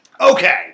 Okay